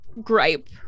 gripe